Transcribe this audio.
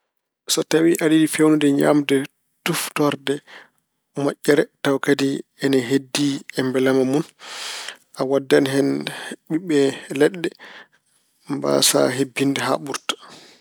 So tawi aɗa yiɗi feewnude ñaamde tuftoorde moƴƴere, tawa kadi ene heddi e mbelamma mun, a waɗde hen ɓiɓɓe leɗɗe, mbasaa hebbinde haa ɓurta.